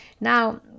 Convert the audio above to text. now